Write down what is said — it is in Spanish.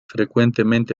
frecuentemente